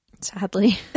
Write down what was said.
Sadly